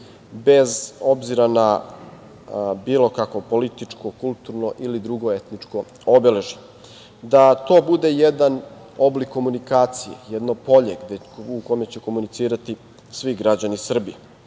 bez obzira na bilo kakvo političko, kulturno ili drugo etničko obeležje, da to bude jedan oblik komunikacije, jedno polje u kome će komunicirati svi građani